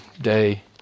day